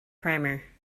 primer